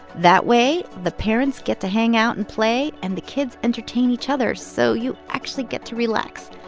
that way the parents get to hang out and play, and the kids entertain each other, so you actually get to relax.